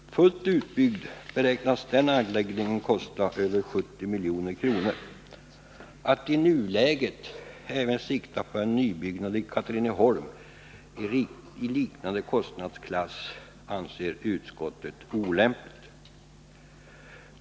Fullt utbyggd beräknas den anläggningen kosta över 70 milj.kr. Att i nuläget även sikta på en nybyggnad i Katrineholm i liknande kostnadsklass anser utskottet olämpligt.